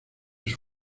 sus